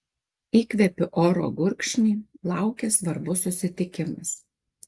įkvėpiu oro gurkšnį laukia svarbus susitikimas